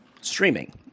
streaming